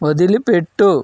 వదిలిపెట్టు